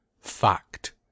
fact